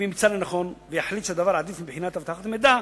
אם ימצא לנכון ויחליט שהדבר עדיף מבחינת אבטחת מידע,